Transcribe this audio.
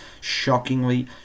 shockingly